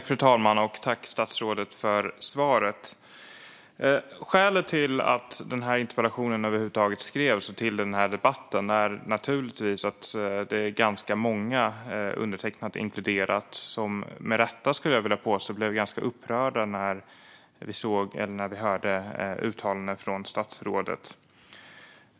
Fru talman! Tack, statsrådet, för svaret! Skälet till att denna interpellation över huvud taget skrevs och till den här debatten är naturligtvis att det är ganska många, undertecknad inkluderad, som med rätta, skulle jag vilja påstå, blev ganska upprörda när de hörde uttalandet från statsrådet.